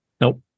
Nope